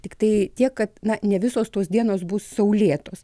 tiktai tiek kad na ne visos tos dienos bus saulėtos